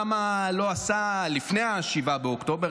למה הוא לא עשה לפני 7 באוקטובר,